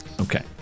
Okay